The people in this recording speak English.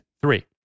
three